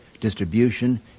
distribution